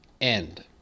end